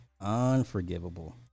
unforgivable